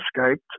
escaped